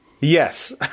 Yes